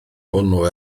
hwnnw